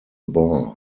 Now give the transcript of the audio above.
bar